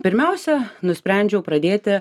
pirmiausia nusprendžiau pradėti